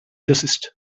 desist